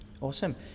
awesome